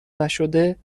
نشده